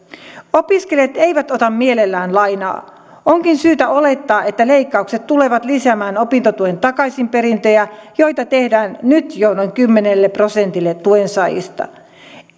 opiskelijat eivät ota mielellään lainaa onkin syytä olettaa että leikkaukset tulevat lisäämään opintotuen takaisinperintöjä joita tehdään nyt jo noin kymmenelle prosentille tuensaajista